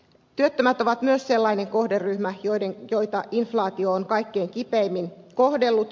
työttömät ovat myös sellainen kohderyhmä joita inflaatio on kaikkein kipeimmin kohdellut